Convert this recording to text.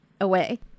away